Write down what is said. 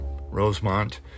Rosemont